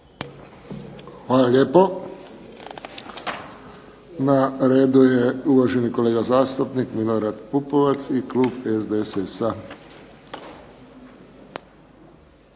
Hvala lijepo. Na redu je uvaženi kolega zastupnik Milorad Pupovac i klub SDSS-a.